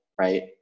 right